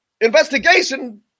investigation